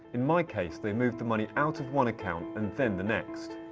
in my case, they moved the money out of one account and then the next.